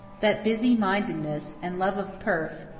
that busy-mindedness, and love of pelf,